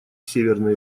северной